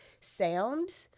sound